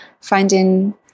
finding